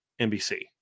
NBC